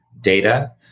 data